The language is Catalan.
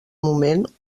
moment